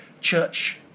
church